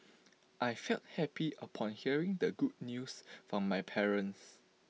I felt happy upon hearing the good news from my parents